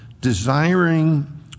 desiring